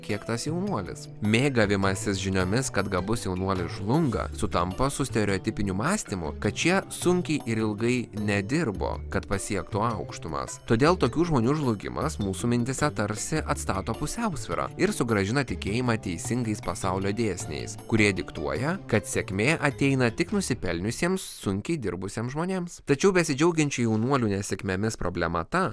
kiek tas jaunuolis mėgavimasis žiniomis kad gabus jaunuolis žlunga sutampa su stereotipiniu mąstymu kad šie sunkiai ir ilgai nedirbo kad pasiektų aukštumas todėl tokių žmonių žlugimas mūsų mintyse tarsi atstato pusiausvyrą ir sugrąžina tikėjimą teisingais pasaulio dėsniais kurie diktuoja kad sėkmė ateina tik nusipelniusiems sunkiai dirbusiems žmonėms tačiau besidžiaugiančių jaunuolių nesėkmėmis problema ta